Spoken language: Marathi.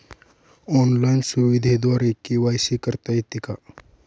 ऑनलाईन सुविधेद्वारे के.वाय.सी करता येते का?